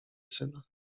syna